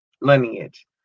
lineage